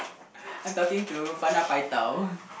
I'm talking to Fana paitao